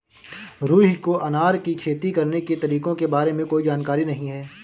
रुहि को अनार की खेती करने के तरीकों के बारे में कोई जानकारी नहीं है